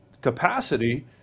capacity